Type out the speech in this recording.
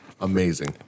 Amazing